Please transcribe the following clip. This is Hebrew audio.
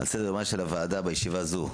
על סדר-יומה של הוועדה בישיבה זו,